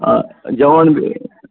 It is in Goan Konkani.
आं जेवण